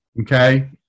okay